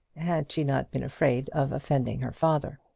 had she not been afraid of offending her father.